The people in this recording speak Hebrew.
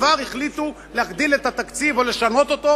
וכבר החליטו להגדיל את התקציב או לשנות אותו,